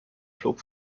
flog